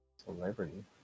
Celebrity